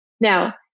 Now